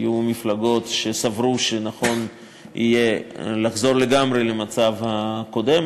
היו מפלגות שסברו שנכון יהיה לחזור לגמרי למצב הקודם,